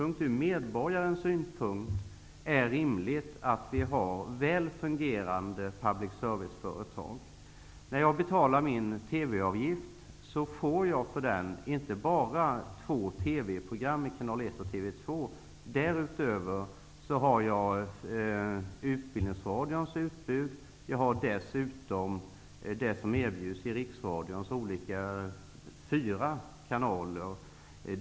Från medborgarens synpunkt är det rimligt att vi har väl fungerande public service-företag. När jag betalar min TV-avgift får jag för denna inte bara TV program i två kanaler. Därutöver har jag tillgång till Utbildningsradions utbud och till det som erbjuds i Riksradions fyra olika kanaler.